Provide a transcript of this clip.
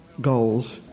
goals